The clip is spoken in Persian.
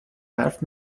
حرف